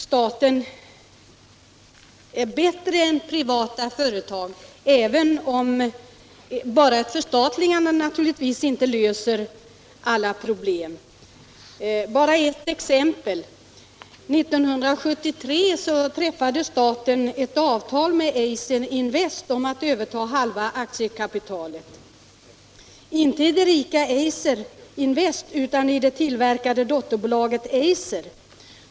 Statligt ägande är naturligtvis bättre än privata företag, även om inte ett statligt ägande löser alla problem. Men låt mig ta ett exempel. År 1973 träffade staten ett avtal med Eiser om att överta halva aktiekapitalet. Det var alltså inte det rika Eiser Invest utan dotterbolaget Eiser.